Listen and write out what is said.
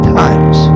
times